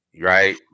Right